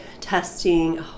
testing